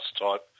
type